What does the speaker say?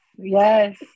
Yes